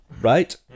right